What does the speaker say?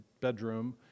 bedroom